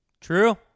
True